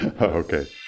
Okay